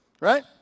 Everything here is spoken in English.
Right